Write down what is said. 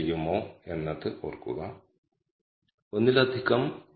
പൊതുവേ ഡാറ്റാ പോയിന്റുകളുടെ എണ്ണത്തെ ആശ്രയിച്ച് ഈ മൂല്യം 2